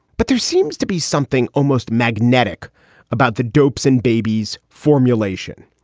but there seems to be something almost magnetic about the dopes in baby's formulation.